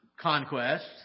conquests